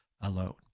alone